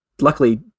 luckily